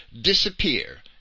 disappear